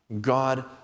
God